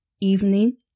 evening